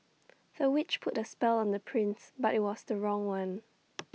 the witch put A spell on the prince but IT was the wrong one